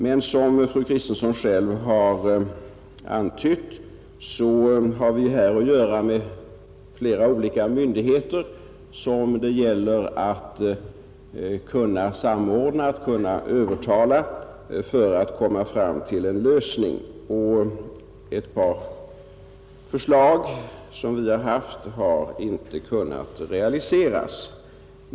Men som fru Kristensson själv har antytt, har vi här att göra med flera olika myndigheter, och det gäller att samordna och övertala dem för att man skall komma fram till en lösning. Ett par förslag som vi haft har inte kunnat realiseras.